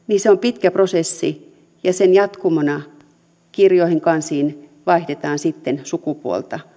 niin se on pitkä prosessi ja sen jatkumona kirjoihin kansiin vaihdetaan sitten sukupuolta